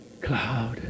cloud